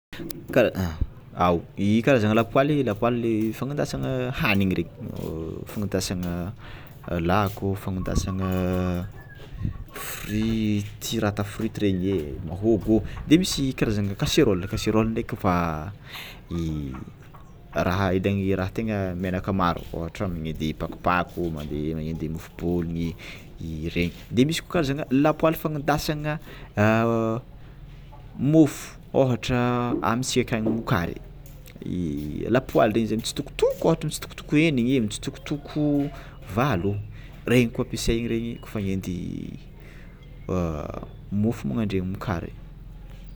Kara- ao, i karazagna lapoaly lapoaly le fagnandasana hanigny regny rengny fagnandasana lako, fagnandasana frity raha atao frity regny, mahogo, de misy karazana kaseraoly kaseraoly ndreky fa i raha hanendy raha tena menaka maro ôhatra manendy pakopako, manendy môfobole regny e de misy ko karazangna lapoaly fagnadasan môfo môfo ôhatra amitsika any mokary, lapoaly izay mitsitokotoko ohatra mitsitokotoko mitsitokotoko valo regny koa ampiasany regny kôfa agnendy môfo magnandregny mokary regny.